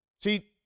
See